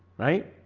right?